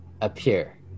appear